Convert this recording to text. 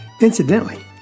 Incidentally